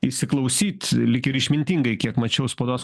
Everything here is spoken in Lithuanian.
įsiklausyt lyg ir išmintingai kiek mačiau spaudos